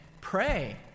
pray